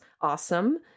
awesome